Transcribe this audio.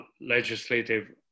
legislative